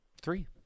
Three